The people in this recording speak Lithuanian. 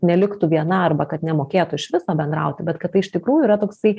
neliktų viena arba kad nemokėtų iš viso bendrauti bet kad tai iš tikrųjų yra toksai